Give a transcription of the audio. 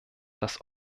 dass